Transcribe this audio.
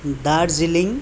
Darjeeling